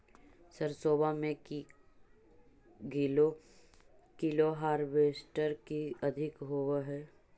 सरसोबा मे की कैलो हारबेसटर की अधिक होब है?